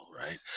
Right